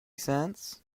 cents